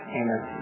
amen